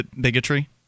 bigotry